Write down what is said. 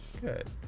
Good